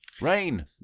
Rain